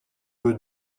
eux